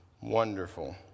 Wonderful